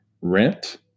Rent